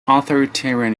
authoritarian